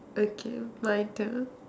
okay my turn